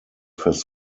his